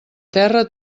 terra